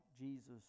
Jesus